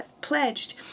pledged